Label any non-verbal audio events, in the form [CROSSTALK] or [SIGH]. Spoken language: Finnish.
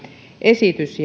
esitys [UNINTELLIGIBLE]